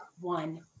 one